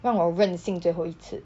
让我任性最后一次